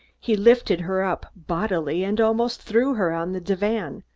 he lifted her up bodily and almost threw her on the divan,